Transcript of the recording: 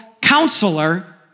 counselor